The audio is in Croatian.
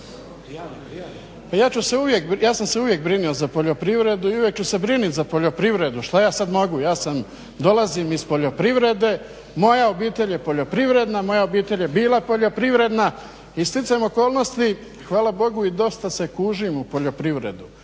ja sam se uvijek brinuo za poljoprivredu i uvijek ću se brinuti za poljoprivredu, šta ja sad mogu, ja sam, dolazim iz poljoprivrede, moja obitelj je poljoprivredna, moja obitelj je bila poljoprivredna i sticajem okolnosti, hvala Bogu i dosta se kužim u poljoprivredu.